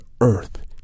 earth